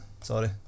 sorry